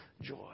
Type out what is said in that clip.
joy